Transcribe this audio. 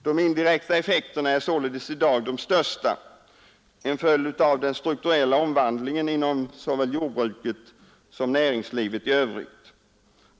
De indirekta etfekterna är i dag de största, vilket är en följd av den strukturella omvandlingen inom såväl jordbruket som näringslivet i övrigt.